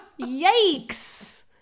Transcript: Yikes